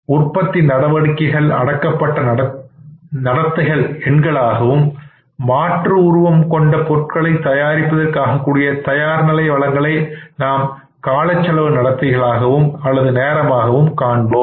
உற்பத்தி நடவடிக்கைகள் அடக்கப்பட்ட நடத்தைகளை எண்களாகவும் மாற்று உருவம் கொண்ட பொருட்களைத் தயாரிப்பதற்கு ஆகக்கூடிய தயார்நிலை வலங்களை நாம் காலச் செலவு நடத்திகளாகவும் நேரமாகவும் நாம் காண்போம்